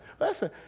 listen